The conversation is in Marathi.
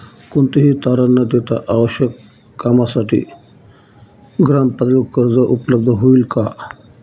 कोणतेही तारण न देता आवश्यक कामासाठी ग्रामपातळीवर कर्ज उपलब्ध होईल का?